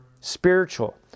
spiritual